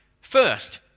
First